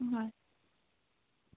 হয়